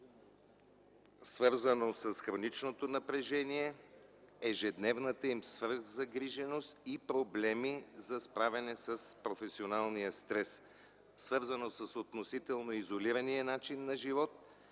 Свързано е с хроничното напрежение, ежедневната свръхзагриженост и проблеми за справяне с професионалния стрес, с относителния изолиран начин на живот,